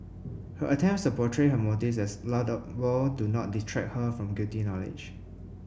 her attempts to portray her motives as laudable do not detract her from guilty knowledge